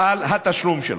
על התשלום שלו.